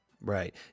Right